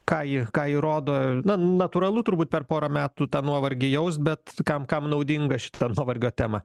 ką ji ką ji rodo na natūralu turbūt per porą metų tą nuovargį jaust bet kam kam naudinga šita nuovargio tema